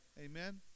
Amen